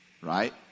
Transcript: Right